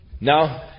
Now